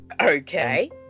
Okay